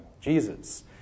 Jesus